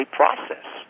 process